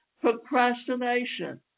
procrastination